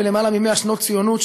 בלמעלה מ-100 שנות ציונות,